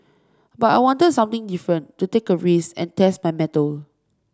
but I wanted something different to take a risk and test my mettle